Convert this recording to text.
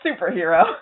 superhero